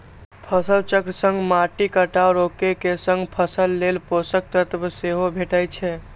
फसल चक्र सं माटिक कटाव रोके के संग फसल लेल पोषक तत्व सेहो भेटै छै